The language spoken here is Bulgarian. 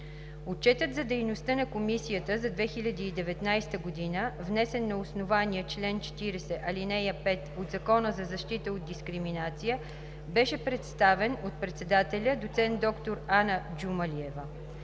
Отчетът за дейността на комисията за 2019 г., внесен на основание чл. 40, ал. 5 от Закона за защита от дискриминация, беше представен от председателя – доцент доктор Ана Джумалиева.